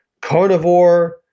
carnivore